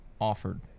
offered